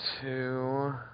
Two